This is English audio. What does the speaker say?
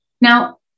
now